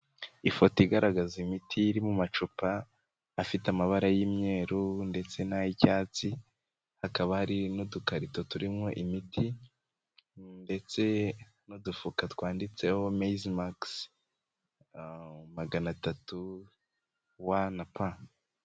Ifoto igaragaza imiti iri mu amacupa afite amabara y'imyeru ndetse n'ay'icyatsi, hakaba hari n'udukarito turimowo imiti, ndetse n'udufuka twanditseho maiz max magana atatu W na P.